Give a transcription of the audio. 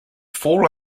fall